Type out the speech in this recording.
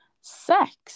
sex